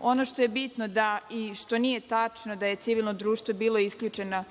Ono što je bitno i što nije tačno, da je civilno društvo bilo isključeno